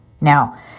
Now